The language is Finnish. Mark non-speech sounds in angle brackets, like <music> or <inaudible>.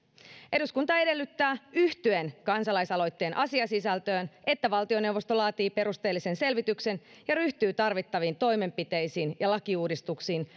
eduskunta edellyttää yhtyen kansalaisaloitteen asiasisältöön että valtioneuvosto laatii perusteellisen selvityksen ja ryhtyy tarvittaviin toimenpiteisiin ja lakiuudistuksiin <unintelligible>